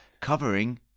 covering